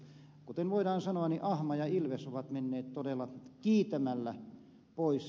ja kuten voidaan sanoa niin ahma ja ilves ovat menneet todella kiitämällä pois